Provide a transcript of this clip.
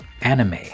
anime